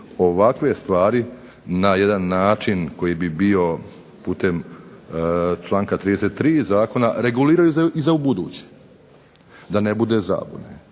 ovakve stvari na jedan način koji bi bio putem članka 33. zakona reguliraju i za ubuduće, da ne bude zabune,